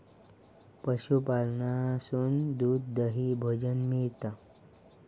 पशूपालनासून दूध, दही, भोजन मिळता